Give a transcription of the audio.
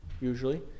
usually